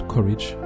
Courage